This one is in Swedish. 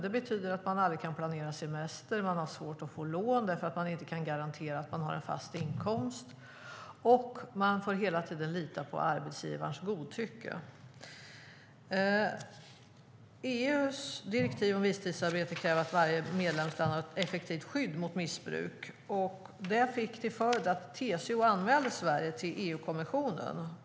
Det betyder att man aldrig kan planera semester, man har svårt att få lån därför att man inte kan garantera att man har en fast inkomst och man får hela tiden lita på arbetsgivarens godtycke. EU:s direktiv om visstidsarbete kräver att varje medlemsland har ett effektivt skydd mot missbruk. Det fick till följd att TCO anmälde Sverige till EU-kommissionen.